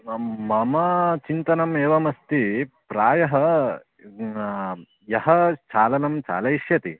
मम् ममा चिन्तनमेवमस्ति प्रायः यः चालनं चालयिष्यति